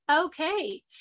okay